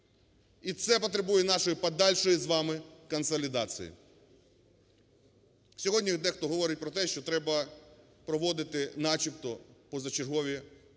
І це потребує нашої подальшої з вами консолідації. Сьогодні дехто говорить про те, що треба проводити начебто позачергові